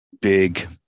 big